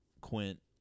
Quint